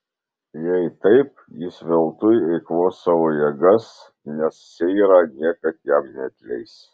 jei taip jis veltui eikvos savo jėgas nes seira niekad jam neatleis